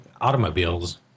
automobiles